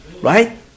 right